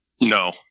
No